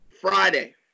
Friday